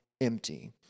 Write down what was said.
empty